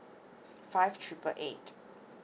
five triple eight